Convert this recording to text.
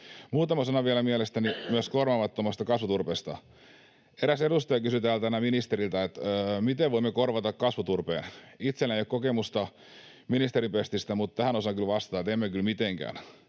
Muutama sana vielä mielestäni myös korvaamattomasta kasvuturpeesta. Eräs edustaja kysyi täällä tänään ministeriltä, että miten voimme korvata kasvuturpeen. Itselläni ei ole kokemusta ministerin pestistä, mutta tähän osaan kyllä vastata, että emme kyllä mitenkään.